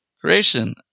Creation